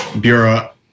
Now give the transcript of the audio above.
Bureau